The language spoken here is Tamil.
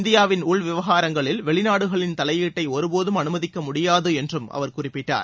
இந்தியாவின் உள்விவகாரங்களில் வெளிநாடுகளின் தலையீட்டை ஒருபோதும் அனுமதிக்க முடியாது என்றும் அவர் குறிப்பிட்டார்